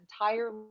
entire